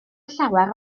llawer